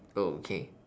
okay